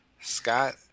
Scott